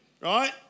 right